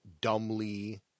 dumbly